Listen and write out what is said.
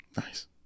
nice